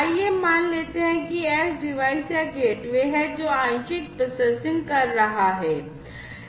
आइए मान लेते हैं कि यह एज डिवाइस या गेटवे है जो आंशिक प्रोसेसिंग कर रहा है